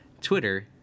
Twitter